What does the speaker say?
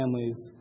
families